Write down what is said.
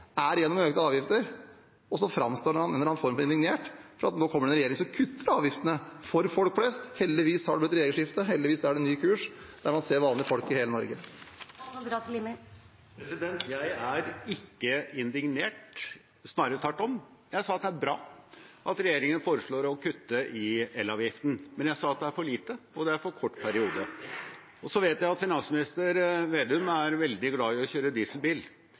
er gjennom økte avgifter, og så framstår Hans Andreas Limi som en eller annen form for indignert fordi det nå kommer en regjering som kutter avgiftene for folk flest. Heldigvis har det blitt regjeringsskifte, heldigvis er det en ny kurs, der man ser vanlige folk i hele Norge. Jeg er ikke indignert, snarere tvert om: Jeg sa at det er bra at regjeringen foreslår å kutte i elavgiften. Men jeg sa at det er for lite, og at det er en for kort periode. Så vet jeg at finansminister Slagsvold Vedum er veldig glad i å kjøre